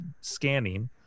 scanning